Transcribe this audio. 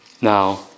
Now